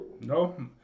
No